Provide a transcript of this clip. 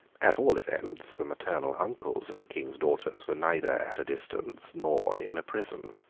at all events the maternal uncles of the king's daughters were neither at a distance nor in a prison.